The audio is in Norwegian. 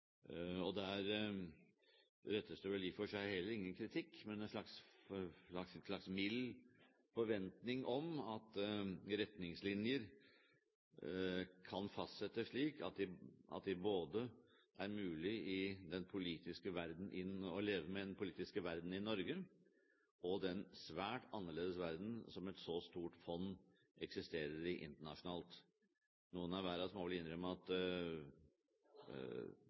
Der rettes det vel i og for seg heller ingen kritikk, men det er en slags mild forventning om at retningslinjer kan fastsettes slik at de er mulig å leve med både i den politiske verden i Norge og den svært annerledes verden som et så stort fond eksisterer i internasjonalt. Noen hver av oss må vel innrømme at